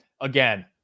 Again